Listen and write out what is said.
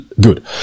Good